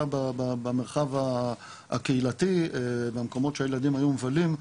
במרחב הקהילתי במקומות שהילדים היו מבלים,